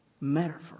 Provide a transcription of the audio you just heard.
metaphor